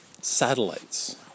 satellites